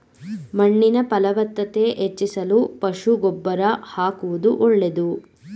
ಮಣ್ಣಿನ ಫಲವತ್ತತೆ ಹೆಚ್ಚಿಸಲು ಪಶು ಗೊಬ್ಬರ ಆಕುವುದು ಒಳ್ಳೆದು